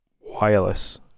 wireless